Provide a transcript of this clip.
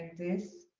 this.